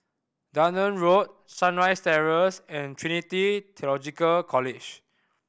Dunearn Road Sunrise Terrace and Trinity Theological College